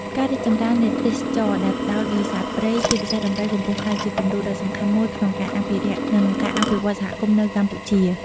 ការរីកចម្រើននៃទេសចរណ៍ដែលផ្តោតលើសត្វព្រៃ ជាពិសេសដំរី កំពុងក្លាយជាគំរូដ៏សំខាន់មួយក្នុងការអភិរក្ស និងការអភិវឌ្ឍសហគមន៍នៅកម្ពុជា។